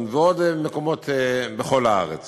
רק כאילו היתרון של קול אחד, החוק הזה עבר